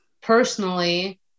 personally